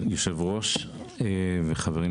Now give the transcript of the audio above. אדוני היושב-ראש וחברים.